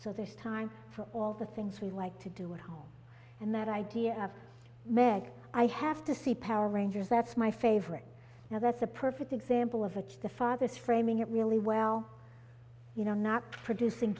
so there's time for all the things we like to do at home and that idea of meg i have to see power rangers that's my favorite now that's a perfect example of a choice the fathers framing it really well you know not producing